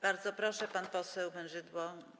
Bardzo proszę, pan poseł Mężydło.